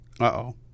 Uh-oh